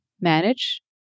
manage